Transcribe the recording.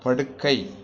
படுக்கை